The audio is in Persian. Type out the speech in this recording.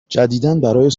جدیدابرای